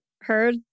heard